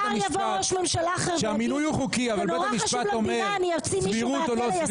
מחר יבוא ראש ממשלה אחר שנורא חשוב למדינה למנות מישהו לממשלה.